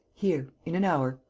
here, in an hour,